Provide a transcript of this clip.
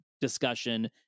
discussion